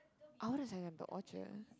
I wanna send them to Orchard